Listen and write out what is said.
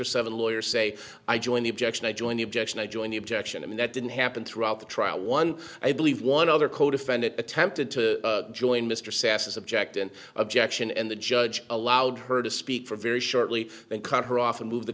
or seven lawyers say i join the objection i join the objection i join the objection and that didn't happen throughout the trial one i believe one other codefendant attempted to join mr sasser subject an objection and the judge allowed her to speak for very shortly then cut her off and move the